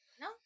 No